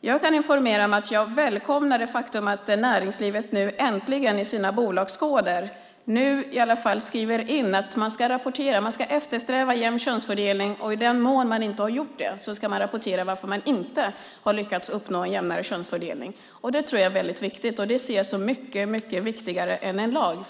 Jag kan informera om att jag välkomnar det faktum att näringslivet i sina bolagskoder nu äntligen skriver in att man ska eftersträva en jämn könsfördelning. I den mån man inte har gjort det ska man rapportera varför man inte har lyckats uppnå en jämnare könsfördelning. Det tror jag är väldigt viktigt. Det ser jag som mycket viktigare än en lag.